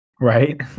Right